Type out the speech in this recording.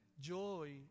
joy